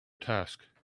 task